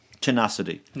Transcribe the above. Tenacity